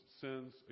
sins